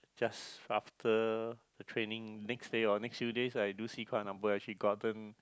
just after the training next day or next few days I do see quite a number actually gotten